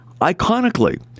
iconically